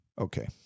okay